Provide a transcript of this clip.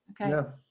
okay